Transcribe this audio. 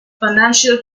financial